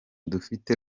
dufite